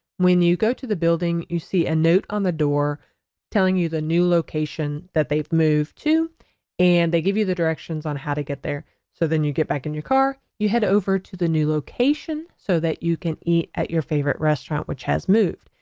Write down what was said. when you go to the building you see a note on the door telling you the new location that they've moved to and they give you the directions on how to get there so then you get back in your car you head over to the new location so that you can eat at your favorite restaurant which has moved.